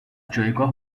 جایگاه